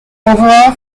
overall